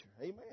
Amen